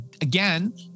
Again